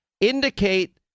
indicate